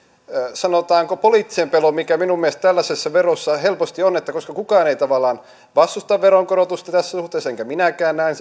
sanotaanko poliittisen pelon mikä minun mielestäni tällaisessa verossa helposti on että koska kukaan ei tavallaan vastusta veronkorotusta tässä suhteessa enkä minäkään